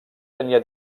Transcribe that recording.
tenia